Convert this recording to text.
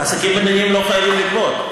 העסקים הבינוניים לא חייבים לגבות.